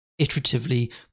iteratively